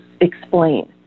explain